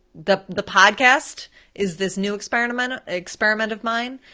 the the podcast is this new experiment of experiment of mine,